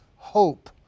hope